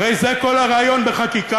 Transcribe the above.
הרי זה כל הרעיון בחקיקה.